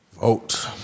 Vote